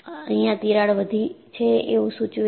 અહિયાં તિરાડ વધી છે એવું સૂચવે છે